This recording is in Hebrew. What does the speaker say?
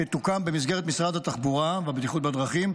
שתוקם במסגרת משרד התחבורה והבטיחות בדרכים,